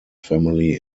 family